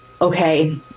okay